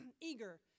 eager